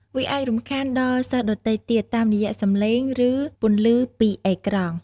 វាអាចរំខានដល់សិស្សដទៃទៀតតាមរយៈសំឡេង ឬពន្លឺពីអេក្រង់។